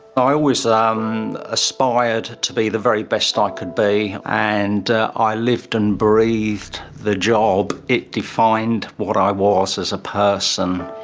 i always um aspired to be the very best i could be, and i lived and breathed the job. it defined what i was as a person.